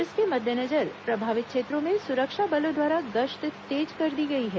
इसके मद्देनजर प्रभावित क्षेत्रों में सुरक्षा बलों द्वारा गश्त तेज कर दी गई है